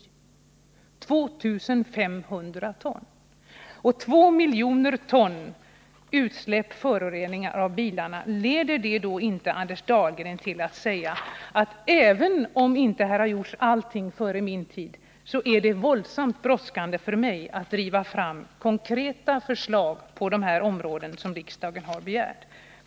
Gör inte dessa 2 miljoner ton föroreningar från bilarna att Anders Dahlgren ändå måste säga: Även om allt inte har gjorts före min tid i regeringen, är det för mig oerhört brådskande att driva fram de konkreta förslag som riksdagen har begärt på det här området.